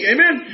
Amen